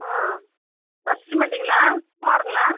ஆ அரிசி மண்டிங்களா குமாருங்களா